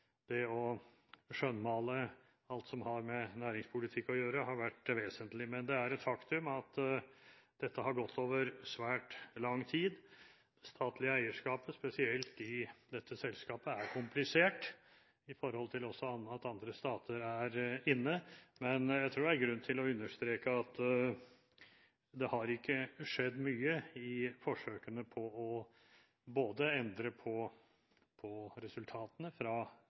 det å skjønnmale alt som har med næringspolitikk å gjøre, har vært det vesentlige. Men det er et faktum at dette har gått over svært lang tid. Det statlige eierskapet, spesielt i dette selskapet, er komplisert med tanke på at det også er andre stater inne, men jeg tror det er grunn til å understreke at det ikke har skjedd mye, verken i forsøkene på å endre på resultatene fra